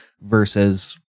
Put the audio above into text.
versus